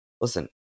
listen